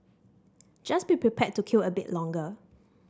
just be prepared to queue a bit longer